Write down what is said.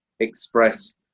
express